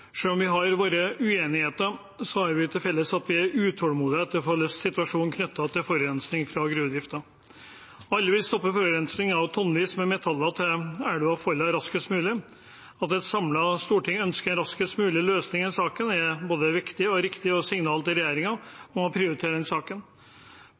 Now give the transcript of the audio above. vi har våre uenigheter, har vi til felles at vi er utålmodige etter å få løst situasjonen knyttet til forurensning fra gruvedriften. Alle vil stoppe forurensning av tonnevis av metaller til elva Folla raskest mulig. At et samlet storting ønsker en raskest mulig løsning i denne saken, er både viktig og riktig og et signal til